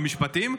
במשפטים,